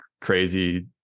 crazy